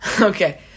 Okay